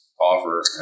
offer